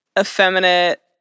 effeminate